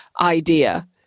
idea